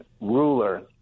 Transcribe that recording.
ruler